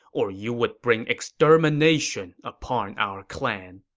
or you would bring extermination upon our clan.